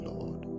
Lord